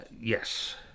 Yes